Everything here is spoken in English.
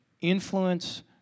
influence